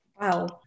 Wow